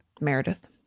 Meredith